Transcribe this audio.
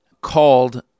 called